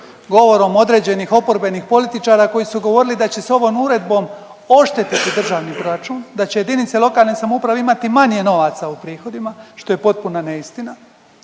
govorom određenih oporbenih političara koji su govorili da će se ovom uredbom ošteti hrvatski proračun, da će jedinice lokalne samouprave imati manje novaca u prihodima, što je potpuna neistina.